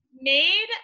made